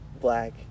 black